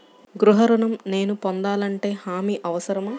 గృహ ఋణం నేను పొందాలంటే హామీ అవసరమా?